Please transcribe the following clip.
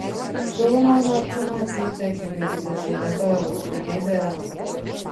filmo metu matyti akivaizdi žinutė rusų lyderiams